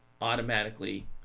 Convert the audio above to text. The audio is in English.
automatically